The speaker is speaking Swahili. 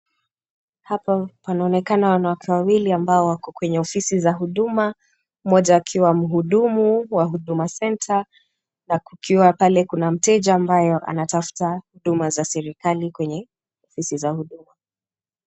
Hapa panaonekana wanawake wawili ambao wako kwenye ofisi za huduma moja akiwa mhudumu wa huduma center na kukiwa pale kuna mteja ambayo anatafuta huduma za serikali kwenye ofisi za huduma.